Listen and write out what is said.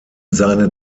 seine